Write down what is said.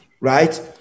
right